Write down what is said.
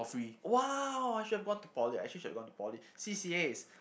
!wow! I should have gone to poly I actually should have gone to poly C_C_As